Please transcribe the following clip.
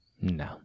No